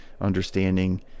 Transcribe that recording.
understanding